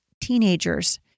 teenagers